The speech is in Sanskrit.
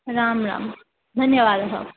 रां रां धन्यवादः